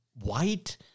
white